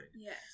Yes